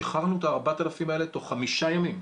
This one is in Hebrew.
שחררנו את ה-4,000 האלה תוך חמישה ימים,